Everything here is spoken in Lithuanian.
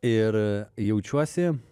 ir jaučiuosi